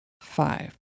five